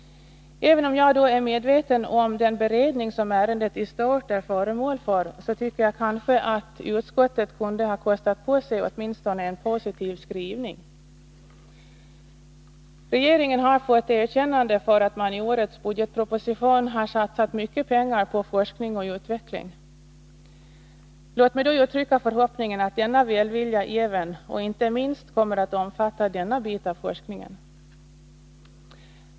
Även om jag är medveten om den beredning som ärendet i stort är föremål för, tycker jag att utskottet kanske kunde ha kostat på sig åtminstone en positiv skrivning. Regeringen har fått erkännande för att den i årets budgetproposition har satsat mycket pengar på forskning och utveckling. Låt mig då uttrycka förhoppningen att denna välvilja även, och inte minst, kommer att omfatta den bit av forskningen som det här gäller.